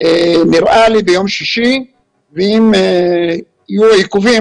ביום שישי ואם יהיו עיכובים,